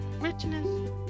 Richness